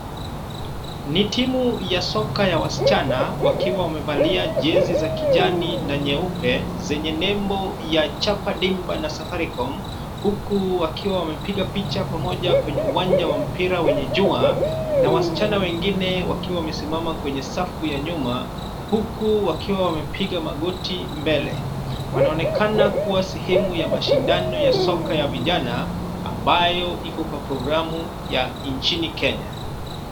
Ni timu ya soka ya Wasichana wakiwa wamevalia jezi za kijani na nyeupe zenye nembo ya Chapa Dimba na Safaricom, huku wakiwa wamepiga picha pamoja kwenye uwanja wa mpira wenye jua, na wasichana wengine wakiwa wamesimama kwenye safu ya nyuma huku wakiwa wamepiga magoti mbele. Wanaonekana kuwa sehemu ya mashindano ya soka ya vijana, ambayo iko kwa programu ya nchini Kenya.